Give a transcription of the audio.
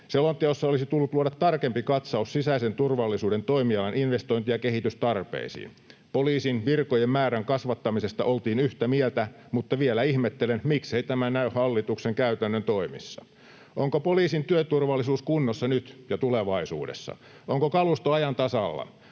Selonteossa olisi tullut luoda tarkempi katsaus sisäisen turvallisuuden toimialan investointi- ja kehitystarpeisiin. Poliisin virkojen määrän kasvattamisesta oltiin yhtä mieltä, mutta vielä ihmettelen, miksei tämä näy hallituksen käytännön toimissa. Onko poliisin työturvallisuus kunnossa nyt ja tulevaisuudessa? Onko kalusto ajan tasalla?